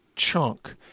chunk